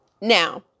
now